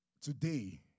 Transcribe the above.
today